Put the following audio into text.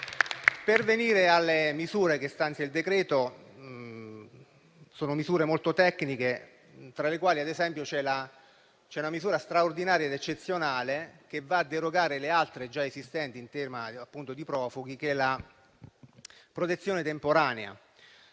Per venire alle misure che stanzia il decreto, sono misure molto tecniche. Tra queste, ad esempio, c'è una misura straordinaria ed eccezionale, che deroga alle altre già esistenti in materia di profughi. È la protezione temporanea,